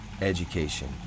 education